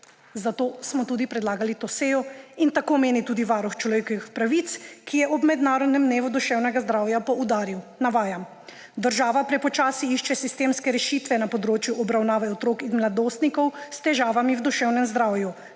Zato smo tudi predlagali to sejo in tako meni tudi Varuh človekovih pravic, ki je ob mednarodnem dnevu duševnega zdravja poudaril, navajam, »država prepočasi išče sistemske rešitve na področju obravnave otrok in mladostnikov s težavami v duševnem zdravju,